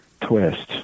twist